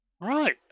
Right